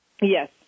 Yes